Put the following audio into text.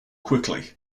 quickly